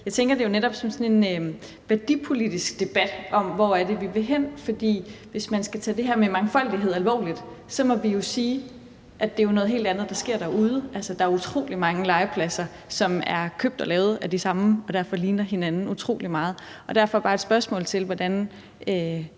Jeg tænker det netop som sådan en værdipolitisk debat om, hvor det er, vi vil hen, for hvis man skal tage det her med mangfoldighed alvorligt, må vi jo sige, at det jo er noget helt andet, der sker derude. Der er utrolig mange legepladser, som er købt og lavet af de samme og derfor ligner hinanden utrolig meget, og derfor har jeg bare et spørgsmål til, hvordan